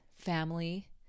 family